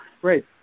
Great